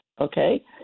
okay